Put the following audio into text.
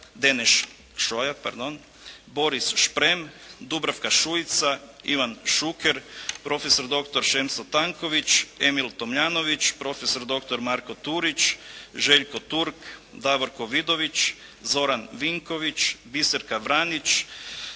Denes Šoja pardon, Boris Šprem, Dubravka Šuica, Ivan Šuker, profesor doktor Šemso Tanković, Emil Tomljanović, profesor doktor Marko Turić, Željko Turk, Davorko Vidović, Zoran Vinković, Biserka Vranić,